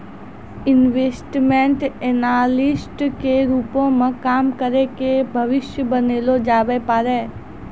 investment analyst के रूपो मे काम करि के भविष्य बनैलो जाबै पाड़ै